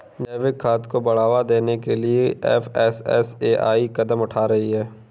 जैविक खाद को बढ़ावा देने के लिए एफ.एस.एस.ए.आई कदम उठा रही है